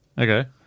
Okay